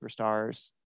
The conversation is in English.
superstars